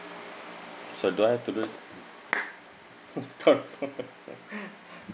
so do I have to do this